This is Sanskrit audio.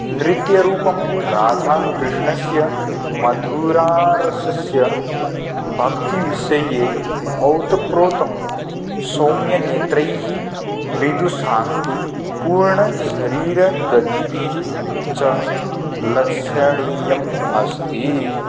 नृत्यरूपं राधाकृष्णस्य मधुररसस्य भक्तिविषये ओतप्रोतं सौम्यनेत्रैः मृदुशान्तिपूर्णशरीरगतिभिः च लक्षणीयम् अस्ति